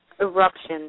eruption